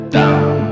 down